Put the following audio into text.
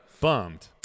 bummed